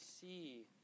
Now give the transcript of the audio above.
see